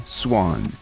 swan